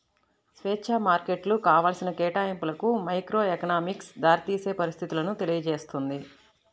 స్వేచ్ఛా మార్కెట్లు కావాల్సిన కేటాయింపులకు మైక్రోఎకనామిక్స్ దారితీసే పరిస్థితులను తెలియజేస్తుంది